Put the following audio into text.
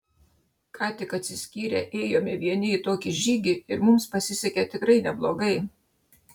ką tik atsiskyrę ėjome vieni į tokį žygį ir mums pasisekė tikrai neblogai